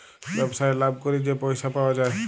ব্যবসায় লাভ ক্যইরে যে পইসা পাউয়া যায়